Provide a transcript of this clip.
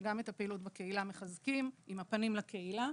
שגם את הפעילות בקהילה מחזקים עם הפנים לקהילה.